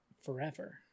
forever